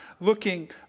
looking